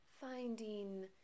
Finding